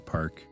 Park